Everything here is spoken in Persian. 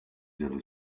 جلو